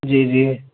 جی جی